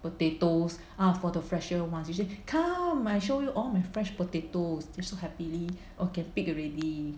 potatoes ah for the fresher [one] she say come I show you all my fresh potatoes then so happily oh can pick already